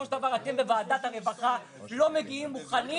של דבר אתם בוועדת הרווחה לא מגיעים מוכנים.